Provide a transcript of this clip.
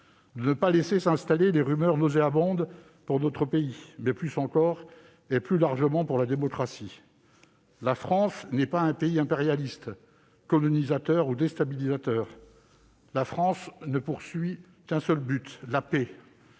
ne pas laisser s'installer des rumeurs nauséabondes pour notre pays, mais plus encore et plus largement pour la démocratie. La France n'est pas un pays impérialiste, colonisateur ou déstabilisateur. La France ne poursuit qu'un seul but : la paix